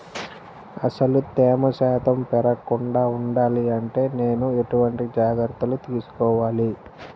అసలు తేమ శాతం పెరగకుండా వుండాలి అంటే నేను ఎలాంటి జాగ్రత్తలు తీసుకోవాలి?